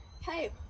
hey